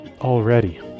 Already